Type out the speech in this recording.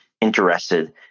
interested